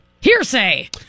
Hearsay